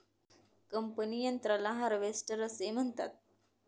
कापणी यंत्राला हार्वेस्टर असे म्हणतात